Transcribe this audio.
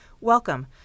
Welcome